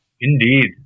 Indeed